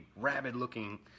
rabid-looking